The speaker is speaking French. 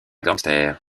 gangster